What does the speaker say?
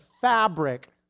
fabric